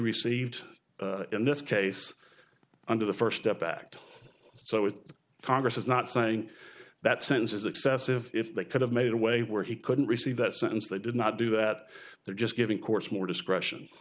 received in this case under the first step act so if congress is not saying that sentence is excessive if they could have made a way where he couldn't receive that sentence they did not do that they're just giving courts more discretion